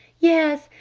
yes!